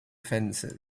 fences